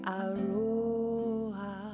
aroha